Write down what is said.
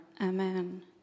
amen